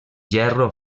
gerro